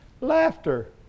Laughter